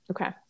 okay